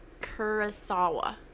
Kurosawa